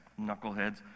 knuckleheads